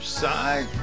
side